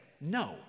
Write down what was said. no